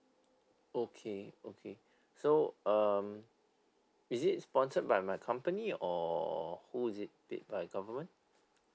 okay okay so um is it sponsored by my company or who is it paid by government